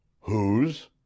Whose